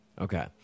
Okay